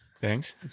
Thanks